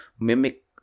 mimic